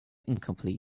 incomplete